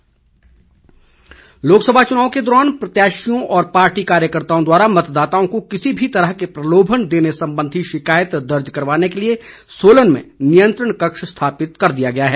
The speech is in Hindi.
नियंत्रण कक्ष लोकसभा चुनाव के दौरान प्रत्याशियों व पार्टी कार्यकर्ताओं द्वारा मतदाताओं को किसी भी तरह के प्रलोभन देने संबंधी शिकायत दर्ज करवाने के लिए सोलन में नियंत्रण कक्ष स्थापित कर दिया गया है